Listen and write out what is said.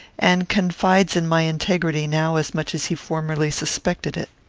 and confides in my integrity now as much as he formerly suspected it.